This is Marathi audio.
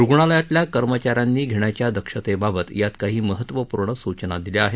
रुग्णालयातल्या कर्मचाऱ्यांनी घेण्याच्या दक्षतेबाबत यात काही महत्त्वपूर्ण सूचना दिल्या आहेत